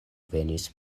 venis